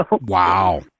Wow